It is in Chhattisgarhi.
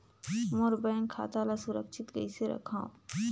मोर बैंक खाता ला सुरक्षित कइसे रखव?